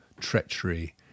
treachery